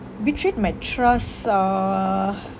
betrayed my trust err